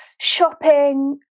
shopping